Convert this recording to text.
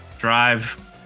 Drive